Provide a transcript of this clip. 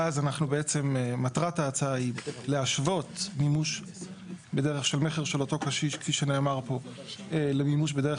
מטרת ההצעה היא להשוות מימוש בדרך של מכר למימוש בדרך